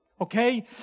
okay